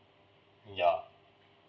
ya